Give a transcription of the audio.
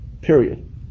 period